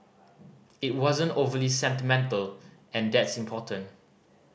it wasn't overly sentimental and that's important